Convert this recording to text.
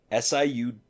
SIU